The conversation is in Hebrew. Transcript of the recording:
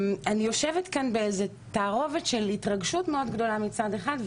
אני יושבת כאן באיזה תערובת של התרגשות מאוד גדולה מצד אחד,